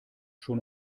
schon